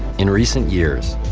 in recent years,